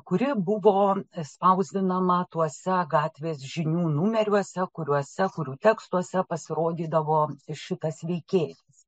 kuri buvo spauzdinama tuose gatvės žinių numeriuose kuriuose kurių tekstuose pasirodydavo šitas veikėjas